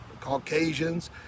Caucasians